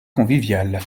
conviviale